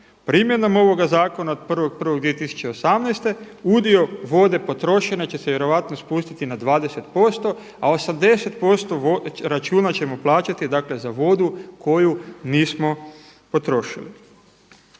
Primjenom ovoga zakona od 1.1.2018. udio vode potrošene će se vjerojatno spustiti na 20% a 80% računa ćemo plaćati za vodu koju nismo potrošili.